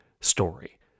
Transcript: story